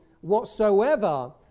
whatsoever